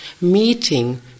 meeting